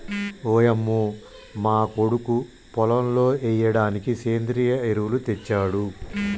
ఓయంమో మా కొడుకు పొలంలో ఎయ్యిడానికి సెంద్రియ ఎరువులు తెచ్చాడు